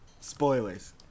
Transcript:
Spoilers